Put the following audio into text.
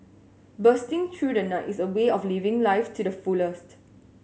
bursting through the night is a way of living life to the fullest